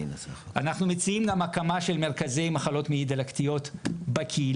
אנחנו מציעים גם הקמה של מרכזי מחלות מעי דלקתיות בקהילה,